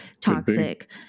toxic